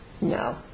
no